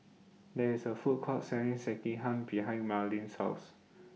There IS A Food Court Selling Sekihan behind Marlyn's House